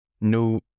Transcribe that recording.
no